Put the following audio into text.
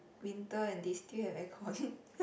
winter and they still have aircon